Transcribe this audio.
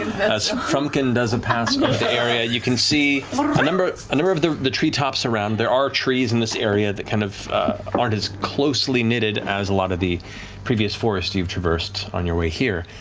matt as frumpkin does a pass of the area, you can see a number number of the the treetops around. there are trees in this area that kind of aren't as closely knitted as a lot of the previous forest you've traversed, on your way here.